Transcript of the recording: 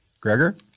Gregor